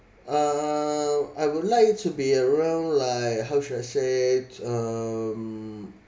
um I would like it to be around like how should I say um